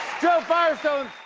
jo firestone!